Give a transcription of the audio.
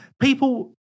people